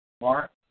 Mark